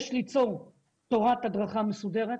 יש ליצור תורת הדרכה מסודרת,